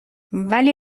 ولی